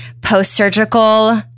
post-surgical